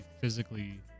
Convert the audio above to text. physically